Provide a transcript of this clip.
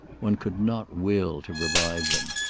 one could not will to revive them.